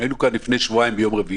היינו כאן לפני שבועיים ביום רביעי,